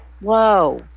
Whoa